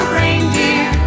reindeer